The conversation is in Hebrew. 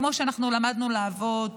כמו שאנחנו למדנו לעבוד,